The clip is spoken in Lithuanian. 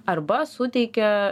arba suteikia